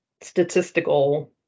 statistical